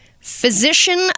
physician